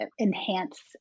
enhance